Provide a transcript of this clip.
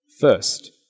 first